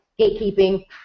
gatekeeping